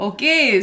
Okay